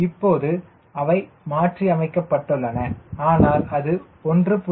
இப்போது அவை மாற்றியமைக்கப்பட்டுள்ளன ஆனால் அது 1